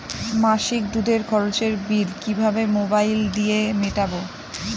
মাসিক দুধের খরচের বিল কিভাবে মোবাইল দিয়ে মেটাব?